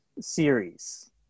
series